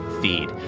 feed